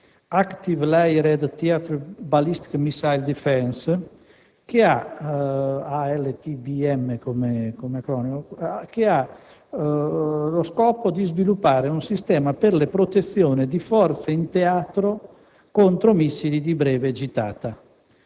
(*Active Layered Theatre Ballistic Missile Defense*) che ha lo scopo di sviluppare un sistema per la protezione di forze di teatro contro missili di breve gittata.